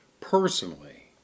Personally